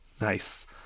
Nice